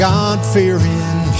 God-fearing